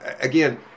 again